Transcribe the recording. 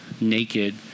naked